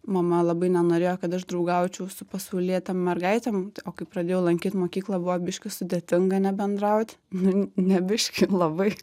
mama labai nenorėjo kad aš draugaučiau su pasaulietėm mergaitėm o kai pradėjau lankyt mokyklą buvo biškį sudėtinga nebendraut nu ne biškį labai